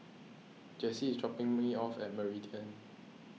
Jessie is dropping me off at Meridian